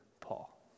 Paul